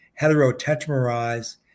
heterotetramerize